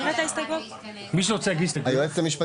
היועצת המשפטית.